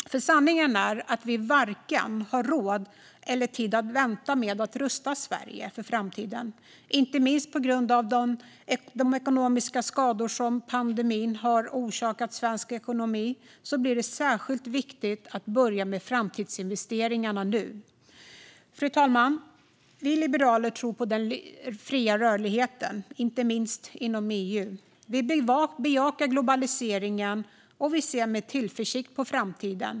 Sanningen är ju att vi varken har råd eller tid att vänta med att rusta Sverige för framtiden. Inte minst på grund av de ekonomiska skador som pandemin har orsakat svensk ekonomi blir det särskilt viktigt att börja med framtidsinvesteringarna nu. Fru talman! Vi liberaler tror på den fria rörligheten, inte minst inom EU. Vi vill bejaka globaliseringen, och vi ser med tillförsikt på framtiden.